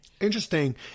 interesting